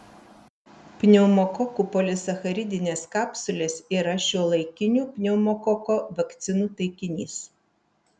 pneumokokų polisacharidinės kapsulės yra šiuolaikinių pneumokoko vakcinų taikinys